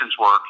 work